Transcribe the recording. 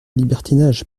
libertinage